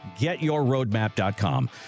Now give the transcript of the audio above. GetYourRoadmap.com